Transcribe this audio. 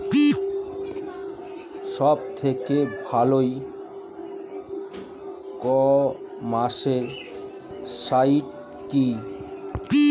সব থেকে ভালো ই কমার্সে সাইট কী?